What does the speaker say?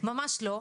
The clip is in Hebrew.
ממש לא.